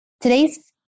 Today's